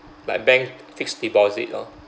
like bank fixed deposit lor